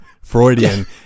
Freudian